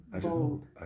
bold